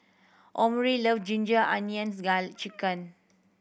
Omari love ginger onions chicken